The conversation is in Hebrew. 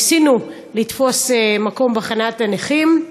ניסינו לתפוס מקום בחניית הנכים,